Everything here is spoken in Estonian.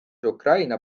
ukraina